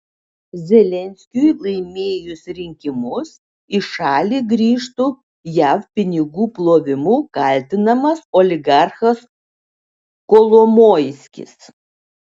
zelenskiui laimėjus rinkimus į šalį grįžtų jav pinigų plovimu kaltinamas oligarchas kolomoiskis